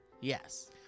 Yes